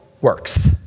works